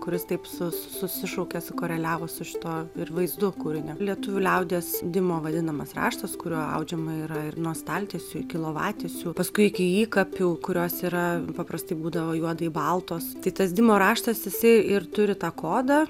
kuris taip su susišaukia sukoreliavo su šituo ir vaizdu kūrinio lietuvių liaudies dimo vadinamas raštas kuriuo audžiama yra ir nuo staltiesių iki lovatiesių paskui iki įkapių kurios yra paprastai būdavo juodai baltos tai tas dimo raštas jisai ir turi tą kodą